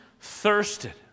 thirsted